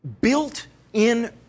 built-in